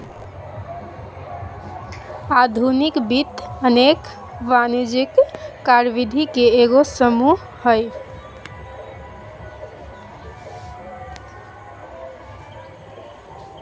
आधुनिक वित्त अनेक वाणिज्यिक कार्यविधि के एगो समूह हइ